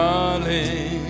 Darling